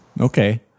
Okay